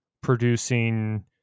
producing